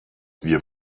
wir